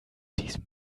diesem